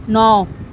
نو